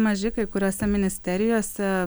maži kai kuriose ministerijose